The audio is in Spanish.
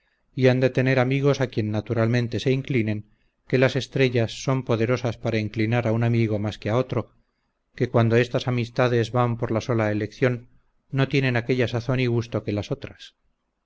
y han de tener amigos a quien naturalmente se inclinen que las estrellas son poderosas para inclinar a un amigo más que a otro que cuando estas amistades van por la sola elección no tienen aquella sazón y gusto que las otras